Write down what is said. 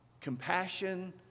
Compassion